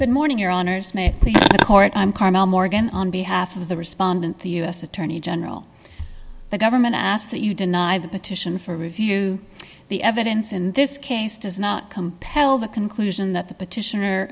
good morning your honour's may court i'm carmel morgan on behalf of the respondent the u s attorney general the government ask that you deny the petition for review the evidence in this case does not compel the conclusion that the petition